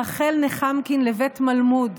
רחל נחמקין לבית מלמוד,